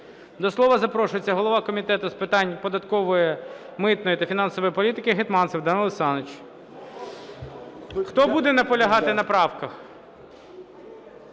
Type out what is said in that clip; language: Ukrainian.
До слова запрошується голова Комітету з питань податкової, митної та фінансової політики Гетманцев Данило Олександрович. Хто буде наполягати на правках?